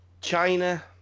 China